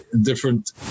different